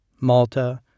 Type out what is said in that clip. Malta